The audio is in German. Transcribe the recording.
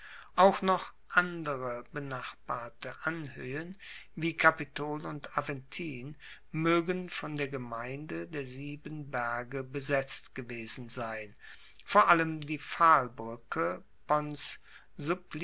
auch noch andere benachbarte anhoehen wie kapitol und aventin moegen von der gemeinde der sieben berge besetzt gewesen sein vor allem die